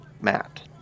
Matt